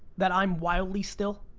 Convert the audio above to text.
that i'm wildly still?